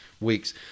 weeks